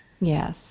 Yes